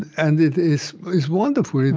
and it is is wonderful.